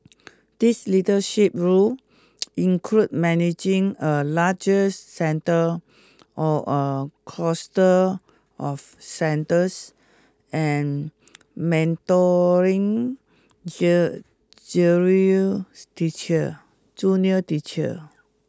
these leadership roles include managing a larger centre or a cluster of centres and mentoring teacher junior teachers